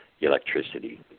electricity